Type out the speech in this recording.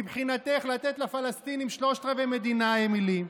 מבחינתך לתת לפלסטינים שלושת-רבעי מדינה, אמילי.